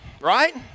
right